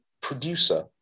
producer